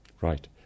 right